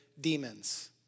demons